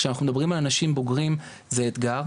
כשאנחנו מדברים על אנשים בוגרים זה אתגר.